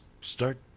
start